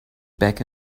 back